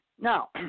Now